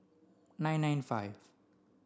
nine nine five